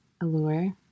allure